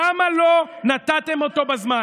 למה לא נתתם אותו בזמן?